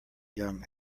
young